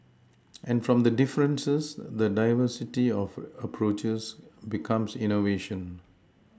and from the differences the diversity of approaches becomes innovation